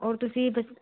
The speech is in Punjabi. ਹੋਰ ਤੁਸੀਂ ਦੱ